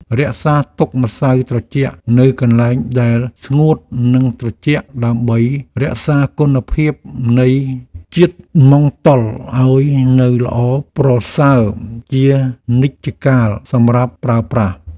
រក្សាទុកម្សៅត្រជាក់នៅកន្លែងដែលស្ងួតនិងត្រជាក់ដើម្បីរក្សាគុណភាពនៃជាតិម៉ង់តុលឱ្យនៅល្អប្រសើរជានិច្ចកាលសម្រាប់ប្រើប្រាស់។